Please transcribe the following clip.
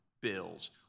bills